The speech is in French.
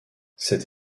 cette